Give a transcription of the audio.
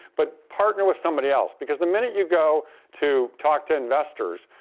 but partner with somebody else because the minute you go to talk to investors,